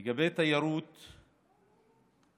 לגבי נושא תיירות המרפא,